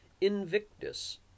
Invictus